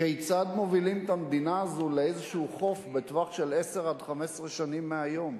כיצד מובילים את המדינה הזאת לאיזה חוף בטווח של 10 15 שנים מהיום?